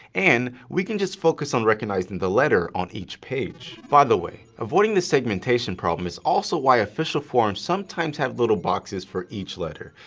and we can just focus on recognizing the letter on each page. by the way, avoiding the segmentation problem is also why official forms sometimes have little boxes for each letter,